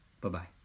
Bye-bye